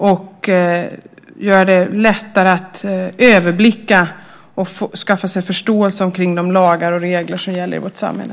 Det skulle bli lättare att överblicka och skaffa sig förståelse för de lagar och regler som gäller i vårt samhälle.